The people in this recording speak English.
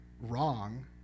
Wrong